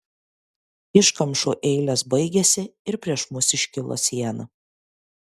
iškamšų eilės baigėsi ir prieš mus iškilo siena